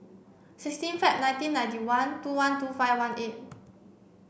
sixteen Feb nineteen ninety one two one two five one eight